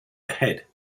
ahead